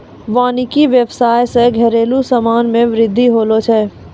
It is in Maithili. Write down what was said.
वानिकी व्याबसाय से घरेलु समान मे बृद्धि होलो छै